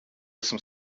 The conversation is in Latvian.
esmu